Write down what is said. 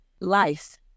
life